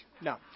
No